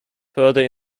further